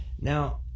Now